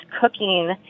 cooking